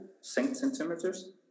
centimeters